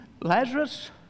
Lazarus